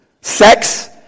Sex